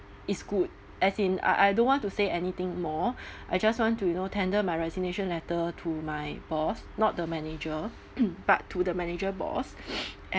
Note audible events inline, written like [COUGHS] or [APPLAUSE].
it's good as in I I don't want to say anything more I just want to you know tender my resignation letter to my boss not the manager [COUGHS] but to the manager boss and